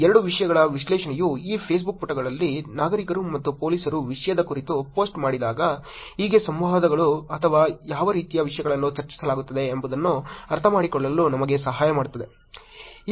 ಈ ಎರಡು ವಿಷಯಗಳ ವಿಶ್ಲೇಷಣೆಯು ಈ ಫೇಸ್ಬುಕ್ ಪುಟಗಳಲ್ಲಿ ನಾಗರಿಕರು ಮತ್ತು ಪೋಲೀಸರು ವಿಷಯದ ಕುರಿತು ಪೋಸ್ಟ್ ಮಾಡಿದಾಗ ಹೇಗೆ ಸಂವಾದಗಳು ಅಥವಾ ಯಾವ ರೀತಿಯ ವಿಷಯಗಳನ್ನು ಚರ್ಚಿಸಲಾಗುತ್ತಿದೆ ಎಂಬುದನ್ನು ಅರ್ಥಮಾಡಿಕೊಳ್ಳಲು ನಮಗೆ ಸಹಾಯ ಮಾಡುತ್ತದೆ